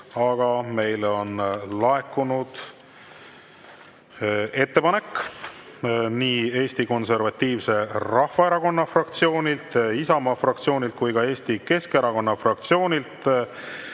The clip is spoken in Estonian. aga meile on laekunud ettepanek nii Eesti Konservatiivse Rahvaerakonna fraktsioonilt, Isamaa fraktsioonilt kui ka Eesti Keskerakonna fraktsioonilt